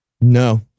No